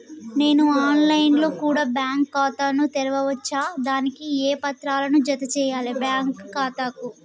నేను online లో కూడా బ్యాంకు ఖాతా ను తెరవ వచ్చా? దానికి ఏ పత్రాలను జత చేయాలి బ్యాంకు ఖాతాకు?